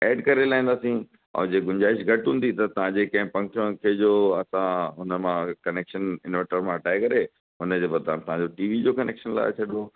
add करे लाहींदासीं ऐं जे गुंजाइश घटि हूंदी त तव्हांजे कंहिं पंखे वंखे जो असां हुन मां कनेक्शन इंवर्टर मां हटाए करे हुन जे बदिरां तव्हांजो टी वी जो कनेक्शन लॻाए छॾिबो